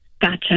Gotcha